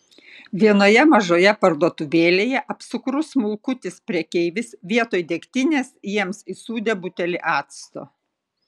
vienoje mažoje parduotuvėlėje apsukrus smulkutis prekeivis vietoj degtinės jiems įsūdė butelį acto